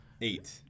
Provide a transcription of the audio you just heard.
eight